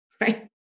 right